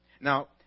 Now